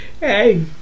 Hey